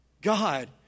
God